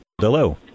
hello